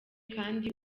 kandi